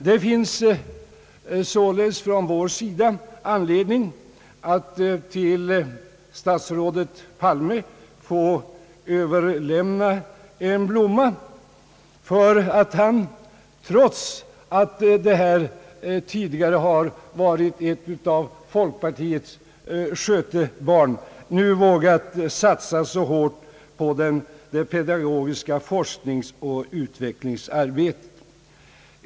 Det finns således för oss anledning att till statsrådet Palme få överlämna en blomma för att han, trots att detta tidigare har varit ett av folkpartiets skötebarn, nu har vågat satsa så hårt på det pedagogiska forskningsoch utvecklingsarbetet.